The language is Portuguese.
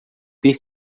ter